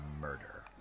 murder